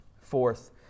Fourth